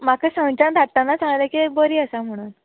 म्हाका थंयच्यान धाडटना सांगले की बरी आसा म्हणून